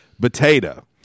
potato